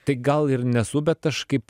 tai gal ir nesu bet aš kaip